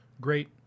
great